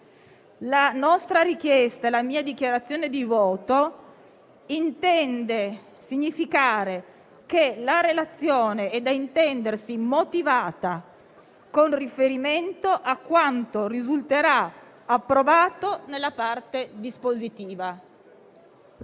la nostra richiesta e la mia conseguente dichiarazione di voto intendono significare che la relazione è da intendersi motivata con riferimento a quanto risulterà approvato nella parte dispositiva.